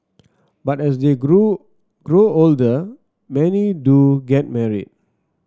but as they grow grow older many do get married